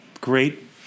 Great